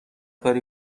کاری